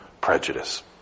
prejudice